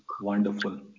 Wonderful